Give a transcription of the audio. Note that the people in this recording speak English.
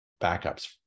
backups